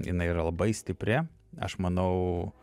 jinai yra labai stipri aš manau